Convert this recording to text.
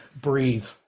Breathe